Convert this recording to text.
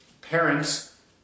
parents